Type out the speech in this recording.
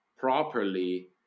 properly